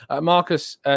Marcus